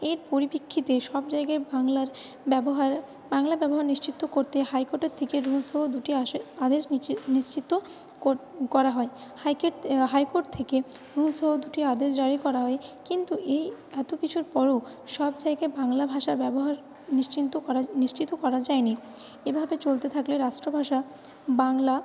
এই পরিপ্রেক্ষিতে সব জায়গায় বাংলার ব্যবহার বাংলা ব্যবহার নিশ্চিত করতে হাইকোর্টের থেকে রুলসও দুটি আসে আদেশ নিশ্চ নিশ্চিত কর করা হয় হাইকোর্ট হাইকোর্ট থেকে রুলস ও দুটি আদেশ জারি করা হয় কিন্তু এই এতকিছুর পরেও সব জায়গায় বাংলা ভাষা ব্যবহার নিশ্চিন্ত করা নিশ্চিত করা যায়নি এভাবে চলতে থাকলে রাষ্ট্রভাষা বাংলা